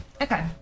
Okay